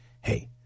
hey